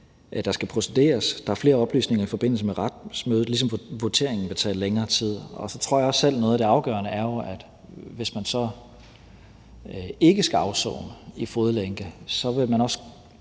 der skal posteres flere oplysninger i forbindelse med retsmødet, ligesom voteringen vil tage længere tid. Så tror jeg også selv, at noget af det afgørende jo er, at hvis man så ikke skal afsone i fodlænke, vil man også